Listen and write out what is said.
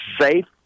safe